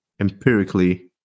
Empirically